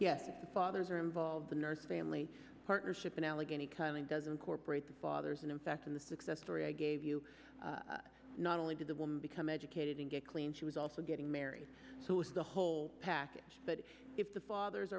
yes fathers are involved the nurse family partnership in allegheny county doesn't corporator fathers and in fact in the success story i gave you not only did the woman become educated and get clean she was also getting married so it's the whole package but if the fathers